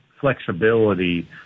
flexibility